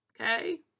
Okay